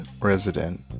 resident